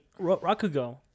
Rakugo